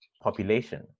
population